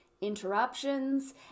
interruptions